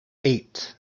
eight